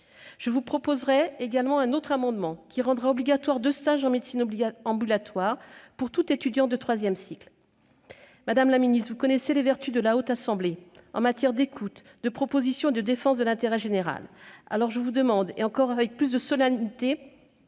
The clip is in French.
Je proposerai un autre amendement tendant à rendre obligatoires deux stages en médecine ambulatoire pour tout étudiant de troisième cycle. Madame la ministre, vous connaissez les vertus de la Haute Assemblée en matière d'écoute, de propositions et de défense de l'intérêt général. Je vous demande donc, dans les circonstances